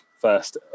First